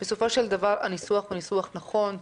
בסופו של דבר הניסוח הוא ניסוח נכון,